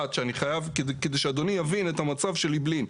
כדי שאדוני יבין את המצב של אעבלין.